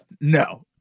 No